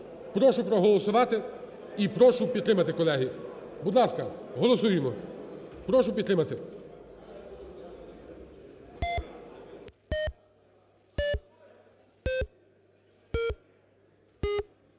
Прошу проголосувати і прошу підтримати, колеги. Будь ласка, голосуємо. Прошу підтримати.